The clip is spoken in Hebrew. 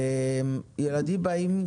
ילדים באים,